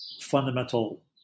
fundamental